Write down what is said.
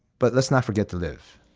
but let's not forget to live.